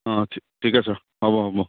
অঁ ঠিক আছে হ'ব হ'ব